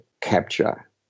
capture